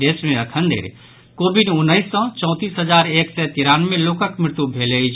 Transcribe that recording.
देश मे अखनधरि कोविड उन्नैस सॅ चौंतीस हजार एक सय तिरानवे लोकक मृत्यु भेल अछि